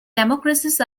democracies